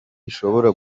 ishobora